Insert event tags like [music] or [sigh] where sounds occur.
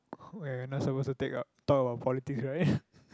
[breath] oh ya ya we're not suppose to take talk about politics right [breath]